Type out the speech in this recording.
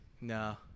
No